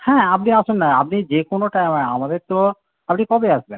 হ্যাঁ আপনি আসুন না আপনি যে কোনোটা আমাদের তো আপনি কবে আসবেন